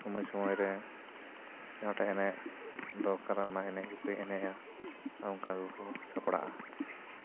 ᱥᱚᱢᱚᱭ ᱥᱚᱢᱚᱭ ᱨᱮ ᱡᱟᱦᱟᱸ ᱴᱟᱜ ᱮᱱᱮᱡᱽ ᱫᱚᱨᱠᱟᱨᱟ ᱚᱱᱟ ᱮᱱᱮᱡᱽ ᱜᱮᱠᱚ ᱮᱱᱮᱡᱽᱼᱟ ᱚᱱᱠᱟ ᱜᱮᱠᱚ ᱥᱟᱯᱲᱟᱜᱼᱟ